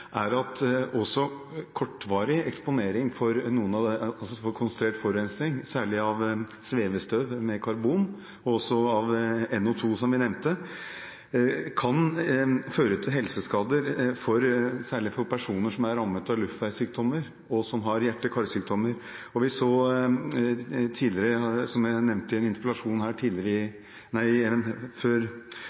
er at også kortvarig eksponering for konstruert forurensing, særlig for svevestøv med karbon og også for NO2, som vi nevnte, kan føre til helseskader, særlig for personer som er rammet av luftveissykdommer, og som har hjerte- og karsykdommer. Og som jeg nevnte i en interpellasjon